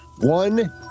One